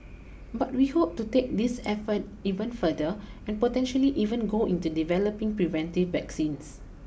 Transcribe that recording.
but we hope to take these efforts even further and potentially even go into developing preventive vaccines